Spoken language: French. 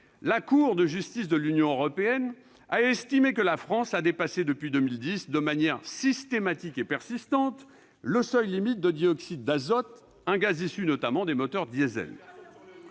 la Cour de justice de l'Union européenne a estimé que notre pays avait dépassé depuis 2010 « de manière systématique et persistante » le seuil limite de dioxyde d'azote, un gaz produit notamment par les moteurs diesel.